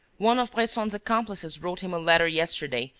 one of bresson's accomplices wrote him a letter yesterday,